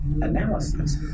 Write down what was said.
analysis